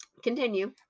continue